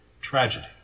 tragedy